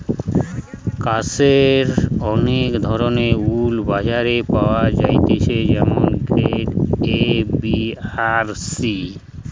কাশ্মীরের অনেক ধরণের উল বাজারে পাওয়া যাইতেছে যেমন গ্রেড এ, বি আর সি